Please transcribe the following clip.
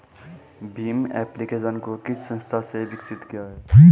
Bhim application को किस संस्था ने विकसित किया है?